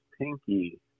pinky